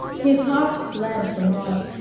his heart bled for maud.